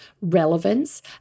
relevance